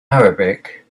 arabic